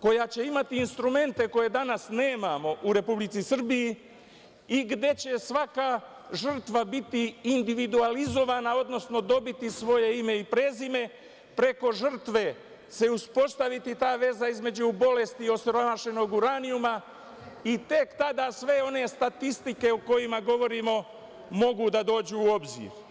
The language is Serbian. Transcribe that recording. koja će imati instrumente koje danas nemamo u Republici Srbiji i gde će svaka žrtva biti individualizovana odnosno dobiti svoje ime i prezime, preko žrtve se uspostaviti ta veza između bolesti i osiromašenog uranijuma i tek tada sve one statistike o kojima govorimo mogu da dođu u obzir.